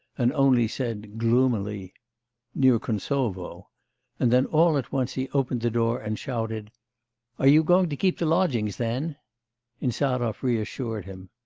and only said gloomily near kuntsovo and then all at once he opened the door and shouted are you going to keep the lodgings then insarov reassured him.